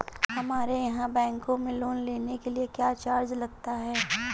हमारे यहाँ बैंकों में लोन के लिए क्या चार्ज लगता है?